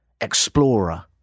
Explorer